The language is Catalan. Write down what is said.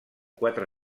quatre